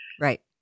Right